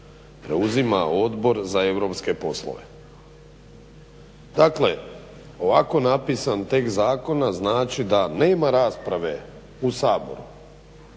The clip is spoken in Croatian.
preuzima Odbor za europske poslove. Dakle, ovako napisan tekst zakona znači da nema rasprave u Saboru